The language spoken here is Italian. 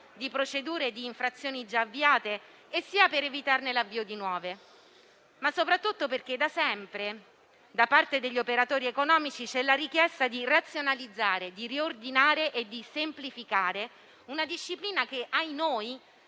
di procedure di infrazione già avviate sia per evitarne l'avvio di nuove. Ciò soprattutto perché da sempre da parte degli operatori economici c'è la richiesta di razionalizzare, riordinare e semplificare una disciplina che